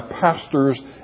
pastors